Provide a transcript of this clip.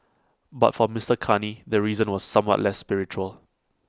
but for Mister Carney the reason was somewhat less spiritual